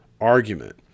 argument